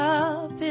up